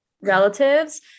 relatives